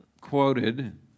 quoted